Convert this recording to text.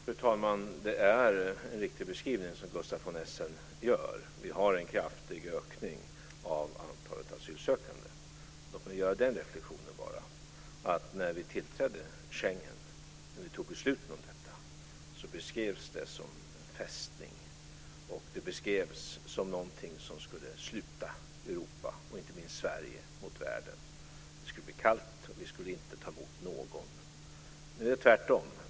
Fru talman! Det är en riktig beskrivning som Gustaf von Essen gör. Vi har en kraftig ökning av antalet asylsökande. Låt mig bara göra den reflexionen att när vi tog besluten om Schengen beskrevs det som en fästning. Det beskrevs som någonting som skulle sluta Europa, inte minst Sverige, mot världen. Det skulle bli kallt, och vi skulle inte ta emot någon. Nu är det tvärtom.